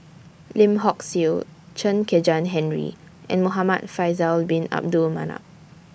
Lim Hock Siew Chen Kezhan Henri and Muhamad Faisal Bin Abdul Manap